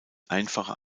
einfacher